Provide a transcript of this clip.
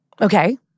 okay